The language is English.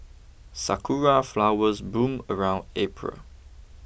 sakura flowers bloom around April